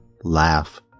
Laugh